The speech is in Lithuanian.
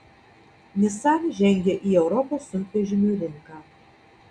nissan žengia į europos sunkvežimių rinką